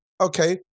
okay